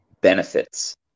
benefits